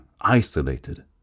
isolated